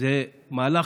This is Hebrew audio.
זה מהלך